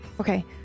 Okay